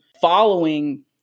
following